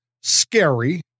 scary